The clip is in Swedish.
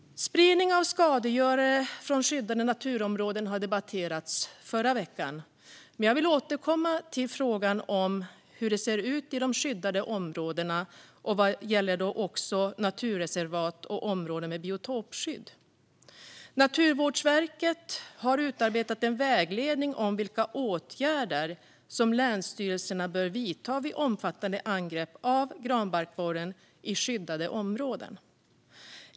Spridning av skadegörare från skyddade naturområden har debatterats förra veckan. Jag vill återkomma till frågan hur det ser ut i de skyddade områdena. Det gäller också naturreservat och områden med biotopskydd. Naturvårdsverket har utarbetat en vägledning som vilka åtgärder som länsstyrelserna bör vidta vid omfattade angrepp av granbarkborren i skyddade områden.